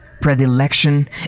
predilection